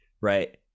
right